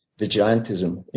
vigilantism.